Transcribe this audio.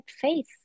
faith